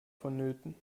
vonnöten